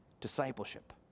discipleship